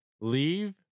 leave